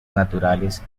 naturales